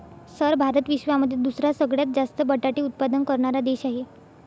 sir Bharat विश्वामध्ये दुसरा सगळ्यात जास्त बटाटे उत्पादन करणारा देश आहे